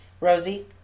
Rosie